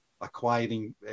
acquiring